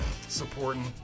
supporting